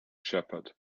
shepherd